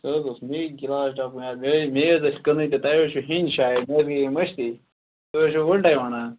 سَہ حظ اوس مےٚ گِلاس ڈبہٕ مےٚ حظ ٲسۍ کٕننۍ تہٕ تۄہہِ حظ چھُو ہیٚنۍ شاید مےٚ حظ گٔیَے مٔشتھٕے تُہۍ حظ چھُو وُلٹے وَنان